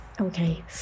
Okay